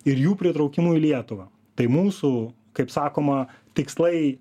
ir jų pritraukimu į lietuvą tai mūsų kaip sakoma tikslai